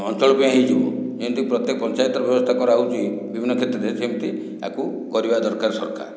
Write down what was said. ଅଞ୍ଚଳ ପାଇଁ ହୋଇଯିବ ଏନ୍ତି ପ୍ରତ୍ୟେକ ପଞ୍ଚାୟତର ବ୍ୟବସ୍ଥା କରା ହେଉଛି ବିଭିନ୍ନ କ୍ଷେତ୍ରରେ ସେମିତି ଆକୁ କରିବା ଦରକାର ସରକାର